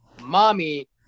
Mommy